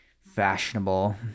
fashionable